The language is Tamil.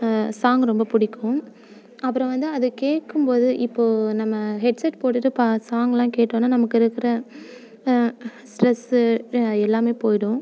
சாங்கு ரொம்ப பிடிக்கும் அப்புறம் வந்து அதை கேட்கும் போது இப்போது நம்ம ஹெட்செட் போட்டுட்டு பா சாங்லாம் கேட்டோன்னா நமக்கு இருக்கிற ஸ்ட்ரெஸ்ஸு எல்லாமே போயிடும்